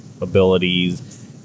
abilities